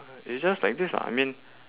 it's just like this ah I mean